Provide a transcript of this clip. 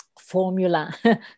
formula